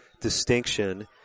distinction